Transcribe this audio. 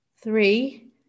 Three